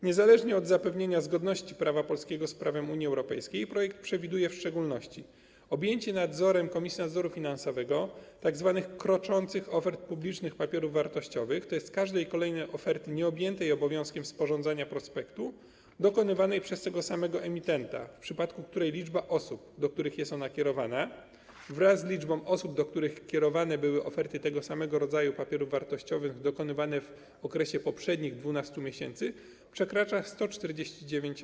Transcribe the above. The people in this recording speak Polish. Niezależnie od zapewnienia zgodności prawa polskiego z prawem Unii Europejskiej projekt przewiduje w szczególności objęcie nadzorem Komisji Nadzoru Finansowego tzw. kroczących ofert publicznych papierów wartościowych, tj. każdej kolejnej oferty nieobjętej obowiązkiem sporządzania prospektu i dokonywanej przez tego samego emitenta, w przypadku której liczba osób, do których jest ona kierowana, wraz z liczbą osób, do których kierowane były oferty tego samego rodzaju papierów wartościowych dokonywane w okresie poprzednich 12 miesięcy, przekracza 149.